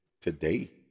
today